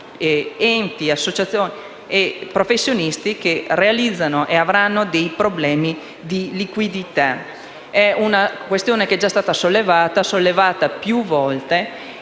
enti, associazioni e professionisti che avranno problemi di liquidità. È una questione che è già stata sollevata più volte